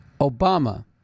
Obama